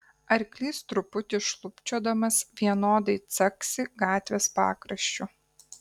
arklys truputį šlubčiodamas vienodai caksi gatvės pakraščiu